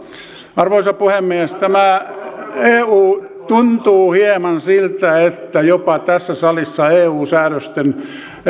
arvoisa puhemies tämä eu tuntuu hieman siltä että jopa tässä salissa eu säädösten